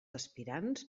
aspirants